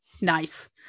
Nice